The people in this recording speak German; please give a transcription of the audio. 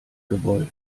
gewollt